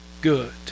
good